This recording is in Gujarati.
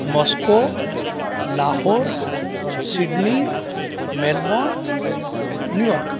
Moscow Lahore Sydney Melbourne New York